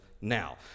now